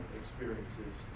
experiences